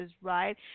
right